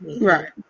Right